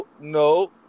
No